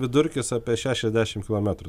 vidurkis apie šešiasdešimt kilometrų